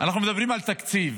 אנחנו מדברים על תקציב,